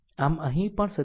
આમ અહીં પણ 27